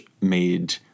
made—